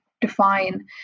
define